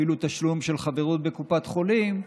אפילו תשלום של חברות בקופת חולים,